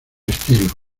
estilo